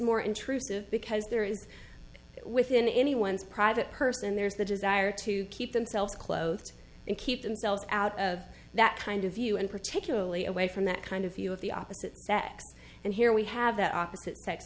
more intrusive because there is within anyone's private person there's the desire to keep themselves clothed and keep themselves out of that kind of view and particularly away from that kind of view of the opposite sex and here we have that opposite sex